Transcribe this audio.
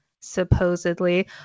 supposedly